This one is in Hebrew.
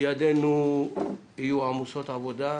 ידינו יהיו עמוסות עבודה.